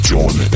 John